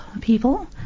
people